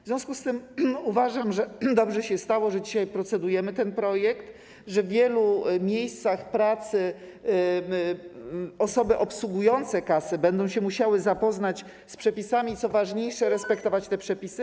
W związku z tym uważam, że dobrze się stało, że dzisiaj procedujemy nad tym projektem, że w wielu miejscach pracy osoby obsługujące kasy będą musiały zapoznać się z przepisami, co ważniejsze, respektować te przepisy.